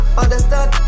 understand